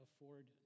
afford